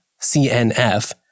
CNF